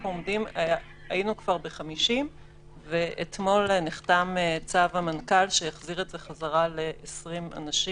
היינו כבר ב-50 ואתמול נחתם צו המנכ"ל שהחזיר את זה חזרה ל-20 אנשים,